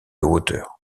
hauteur